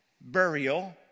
burial